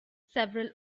several